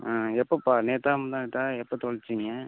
ஆ எப்போப்பா நேற்றா முந்தாநேற்றா எப்போ தொலைச்சீங்க